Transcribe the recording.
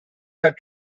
had